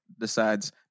decides